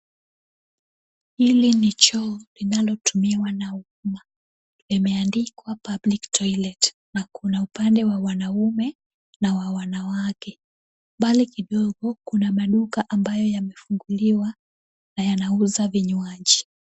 Hili ni choo linalotumiwa na umma. Imeandikwa public toilet, na kuna upande wa wanaume na wanawake. Mbali kidogo kuna maduka ambayo yamefunguliwa na yanauza vinywaji.